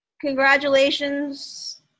congratulations